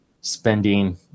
spending